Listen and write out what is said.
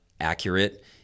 accurate